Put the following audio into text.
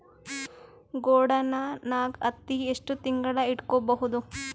ಗೊಡಾನ ನಾಗ್ ಹತ್ತಿ ಎಷ್ಟು ತಿಂಗಳ ಇಟ್ಕೊ ಬಹುದು?